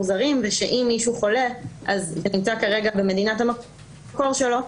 זרים וכי אם מישהו חולה ונמצא כרגע במדינת המקור שלו,